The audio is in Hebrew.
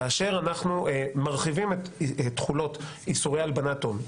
כאשר אנחנו מרחיבים את תחולות איסורי הלבנת הון,